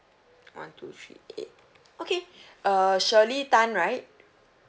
one two three eight okay uh shirley tan right